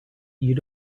you